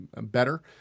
better